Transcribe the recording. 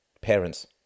parents